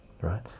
right